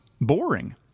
Boring